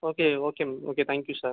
okay okay ma'am okay thank you sir